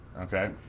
okay